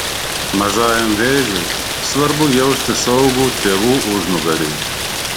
mažajam vėžiui svarbu jausti saugų tėvų užnugarį